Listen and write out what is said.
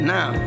Now